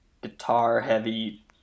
guitar-heavy